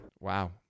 Wow